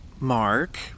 Mark